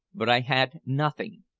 but i had nothing.